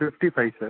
fifty five sir